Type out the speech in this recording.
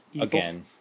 again